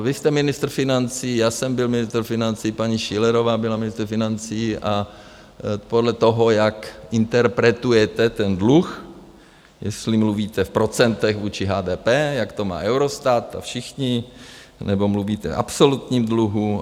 Vy jste ministr financí, já jsem byl ministr financí, paní Schillerová byla ministr financí a podle toho, jak interpretujete ten dluh, jestli mluvíte v procentech vůči HDP, jak to má Eurostat a všichni, nebo mluvíte o absolutním dluhu...